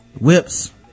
whips